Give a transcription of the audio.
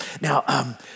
now